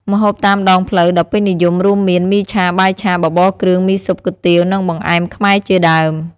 ម្ហូបតាមដងផ្លូវដ៏ពេញនិយមរួមមាន មីឆា បាយឆា បបរគ្រឿង មីស៊ុប គុយទាវ និងបង្អែមខ្មែរជាដើម។